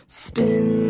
spin